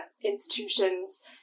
institutions